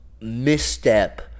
misstep